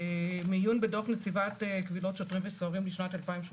מעיון בדוח נציבות קבילות שוטרים וסוהרים לשנת 2018